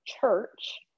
Church